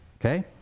okay